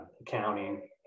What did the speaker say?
accounting